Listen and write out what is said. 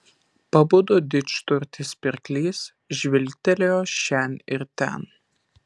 pabudo didžturtis pirklys žvilgtelėjo šen ir ten